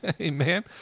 Amen